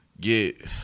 Get